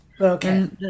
Okay